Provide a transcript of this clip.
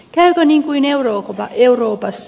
käykö niin kuin euroopassa